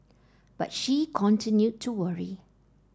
but she continued to worry